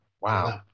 Wow